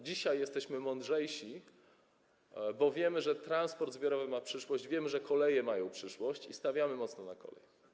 Dzisiaj jesteśmy mądrzejsi, bo wiemy, że transport zbiorowy ma przyszłość, wiemy, że koleje mają przyszłość, i stawiamy mocno na kolej.